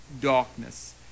darkness